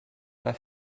pas